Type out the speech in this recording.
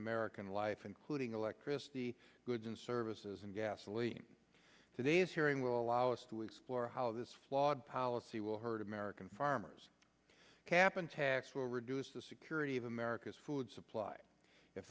american life including electricity goods and services and gasoline today's hearing will allow us to explore how this flawed policy will hurt american farmers cap and tax will reduce the security of america's food supply if